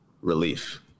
relief